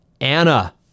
Anna